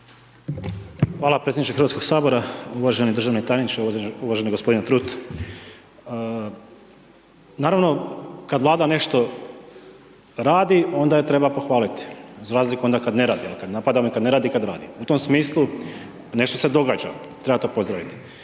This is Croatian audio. Hvala predsjedniče Hrvatskog sabora, uvaženi državni tajniče, uvaženi gospodine Trut. Naravno kad Vlada nešto radi onda je treba pohvaliti za razliku onda kad ne radi, onda napadamo i kad ne radi i kad radi, u tom smislu nešto se događa, treba to pozdravit.